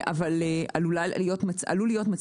לכן גם לא מפעילים אותו,